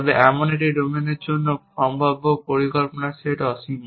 তবে এমন একটি ডোমেনের জন্যও সম্ভাব্য পরিকল্পনার সেট অসীম